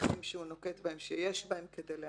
ההליכים שהוא נוקט אותם שיש בהם כדי לעכב.